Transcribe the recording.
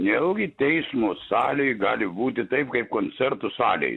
nejaugi teismo salėj gali būti taip kaip koncertų salėj